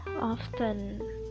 often